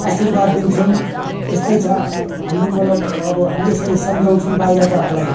आशीर्वाद दिन्छौँ यस्तै छ हाम्रो मतलब अब हामी यसरी सम्झाउँँछौँ बाहिरकाहरूलाई